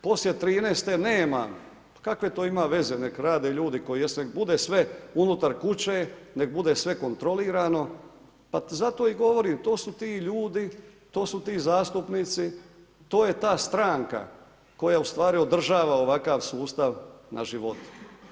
Poslije '13. nema, pa kakve to ima veze nek rade ljudi koji jesu nek bude sve unutar kuće, nek bude sve kontrolirano, pa zato i govorim to su ti ljudi, to su ti zastupnici, to je ta stranka koja ustvari održava ovakav sustav na životu.